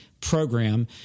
Program